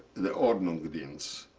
the ordnungsdienst.